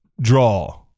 draw